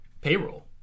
payroll